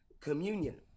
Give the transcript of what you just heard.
communion